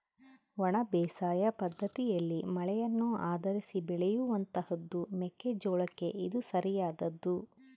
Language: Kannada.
ಒಣ ಬೇಸಾಯ ಪದ್ದತಿಯಲ್ಲಿ ಮಳೆಯನ್ನು ಆಧರಿಸಿ ಬೆಳೆಯುವಂತಹದ್ದು ಮೆಕ್ಕೆ ಜೋಳಕ್ಕೆ ಇದು ಸರಿಯಾದದ್ದು